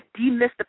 demystify